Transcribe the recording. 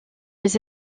des